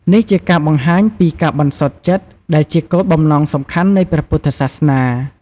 នេះជាការបង្ហាញពី ការបន្សុតចិត្ត ដែលជាគោលបំណងសំខាន់នៃព្រះពុទ្ធសាសនា។